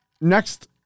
Next